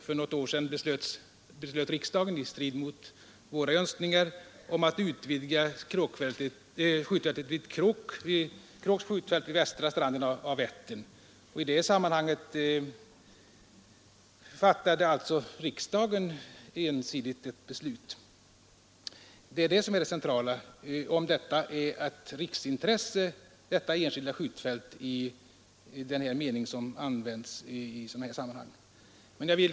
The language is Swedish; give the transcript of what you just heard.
För något år sedan beslöt sålunda riksdagen i strid mot våra önskningar att utvidga Kråks skjutfält vid västra stranden av Vättern, och det var ett ensidigt beslut som riksdagen den gången fattade. Vad som är det centrala i detta fall är alltså om det skjutfält som det här gäller är ett riksintresse i egentlig mening.